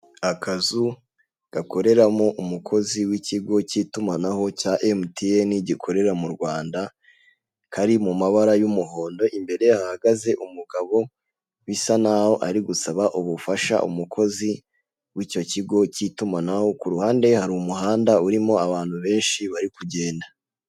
Akazu gakoreramo umukozi w'ikigo cy'itumanaho cya emutiyene gikorera mu Rwanda kari mu mabara y'umuhondo, imbere hahagaze umugabo bisa naho ari gusaba ubufasha umukozi w'icyo kigo cy'itumanaho ku ruhande hari umuhanda urimo abantu benshi bari kugenda.